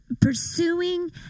pursuing